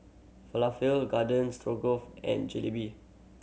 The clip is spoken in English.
Falafel Garden Stroganoff and Jalebi